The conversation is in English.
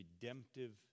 redemptive